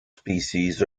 species